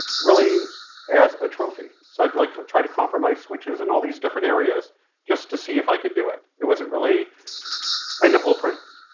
really as a trophy. so i'd like try to compromise switches in all these different areas just to see if i could do it. it wasn't really and to pull pranks.